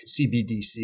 CBDC